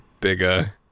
bigger